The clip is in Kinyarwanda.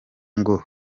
ngo